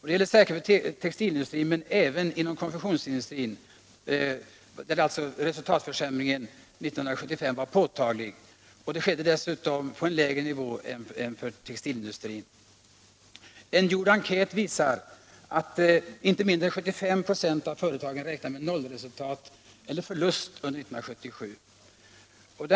Det gällde särskilt för textilindustrin, men även för konfektionsindustrin där resultatförsämringen under 1975 var påtaglig och dessutom skedde från en lägre nivå än för textilindustrin. En gjord enkät visar att inte mindre än 75 26 av företagen räknar med nollresultat eller förlust under 1977.